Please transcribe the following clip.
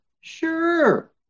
Sure